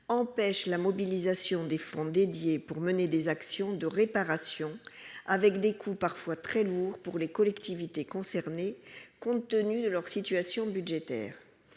empêche la mobilisation des fonds qui lui sont consacrés pour mener des actions de réparation, avec des coûts parfois très lourds pour les collectivités concernées, compte tenu de leur situation budgétaire.